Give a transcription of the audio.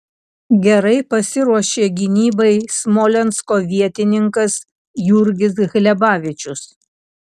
gerai pasiruošė gynybai smolensko vietininkas jurgis hlebavičius